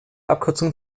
abkürzung